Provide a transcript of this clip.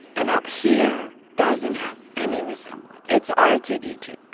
and up here doesn't have any resemblance. it's r two d two.